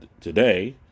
today